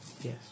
Yes